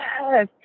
yes